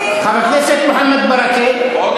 חבר הכנסת מוחמד ברכה,